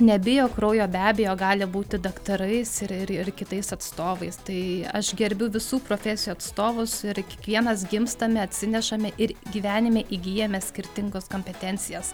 nebijo kraujo be abejo gali būti daktarais ir ir ir kitais atstovais tai aš gerbiu visų profesijų atstovus ir kiekvienas gimstame atsinešame ir gyvenime įgyjame skirtingas kompetencijas